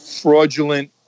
fraudulent